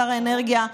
שר האנרגיה,